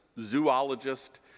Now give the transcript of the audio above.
zoologist